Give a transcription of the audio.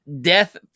Death